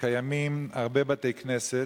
קיימים הרבה בתי-כנסת,